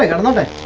ah unlimited